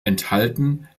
enthalten